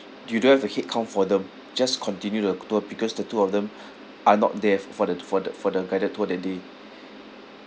you don't have to head count for them just continue the tour because the two of them are not there f~ for the for the for the guided tour that day